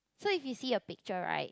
so if you see a picture right